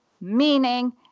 meaning